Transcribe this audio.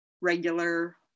regular